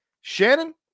shannon